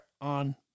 on